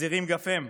מזהירים אף הם,